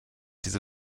diese